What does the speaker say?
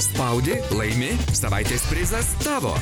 spaudi laimi savaitės prizas tavo